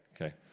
Okay